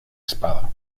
espada